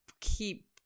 keep